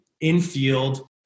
infield